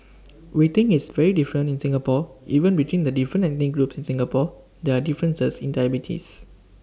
we think it's very different in Singapore even between the different ethnic groups in Singapore there are differences in diabetes